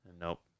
Nope